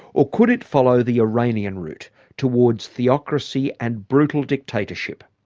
or could it follow the iranian route towards theocracy and brutal dictatorship?